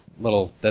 little